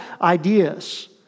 ideas